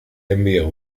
envió